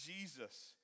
Jesus